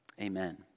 amen